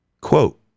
Quote